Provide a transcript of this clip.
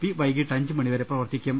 P വൈകിട്ട് അഞ്ചു മണി വരെ പ്രവർത്തിക്കും